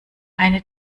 eine